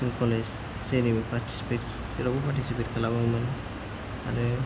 school college जेनिबो participate जेरावबो participate खालामोमोन आरो